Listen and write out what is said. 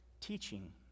teaching